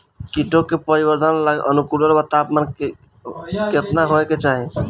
कीटो के परिवरर्धन ला अनुकूलतम तापमान केतना होए के चाही?